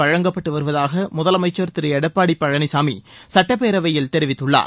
வழங்கப்பட்டு வருவதாக முதலமைச்சர் திரு எடப்பாடி பழனிசாமி சுட்டப்பேரவையில் தெரிவித்துள்ளார்